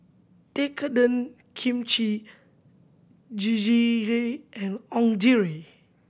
Tekkadon Kimchi and